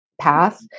path